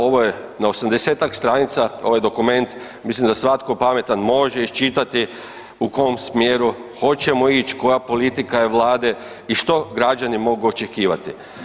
Ovo je na 80-tak stranica, ovaj dokument, mislim da svatko pametan može iščitati u kom smjeru hoćemo ić, koja politika je Vlade i što građani mogu očekivati.